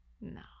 No